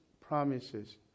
promises